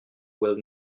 will